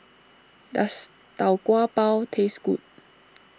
does Tau Kwa Pau taste good